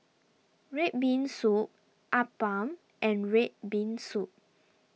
Red Bean Soup Appam and Red Bean Soup